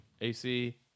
AC